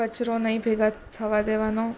કચરો નહીં ભેગા થવા દેવાનો